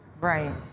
Right